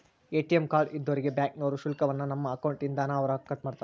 ATM card ಇದ್ದೋರ್ಗೆ ಬ್ಯಾಂಕ್ನೋರು ಶುಲ್ಕವನ್ನ ನಮ್ಮ ಅಕೌಂಟ್ ಇಂದಾನ ಅವ್ರ ಕಟ್ಮಾಡ್ತಾರ